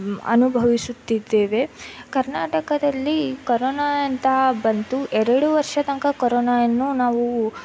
ಅನುಭವಿಸುತ್ತಿದ್ದೇವೆ ಕರ್ನಾಟಕದಲ್ಲಿ ಕೊರೊನ ಅಂತ ಬಂತು ಎರಡು ವರ್ಷದ ತನಕ ಕೊರೊನವನ್ನು ನಾವು